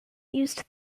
used